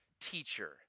teacher